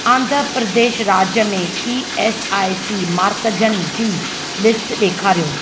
आंध्र प्रदेश राज्य में E S I C मर्कज़नि जी लिस्ट ॾेखारियो